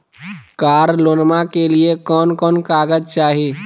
कार लोनमा के लिय कौन कौन कागज चाही?